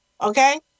okay